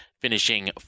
finishing